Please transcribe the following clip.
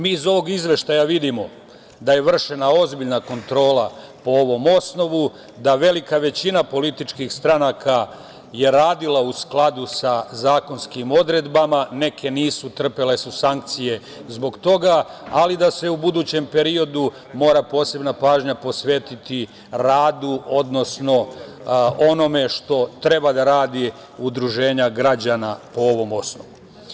Mi iz ovog izveštaja vidimo da je vršena ozbiljna kontrola po ovom osnovu, da velika većina političkih stranaka je radila u skladu sa zakonskim odredbama, neke nisu, trpele su sankcije zbog toga, ali da se u budućem periodu mora posebna pažnja posvetiti radu odnosno onome što treba da radi Udruženje građana po ovom osnovu.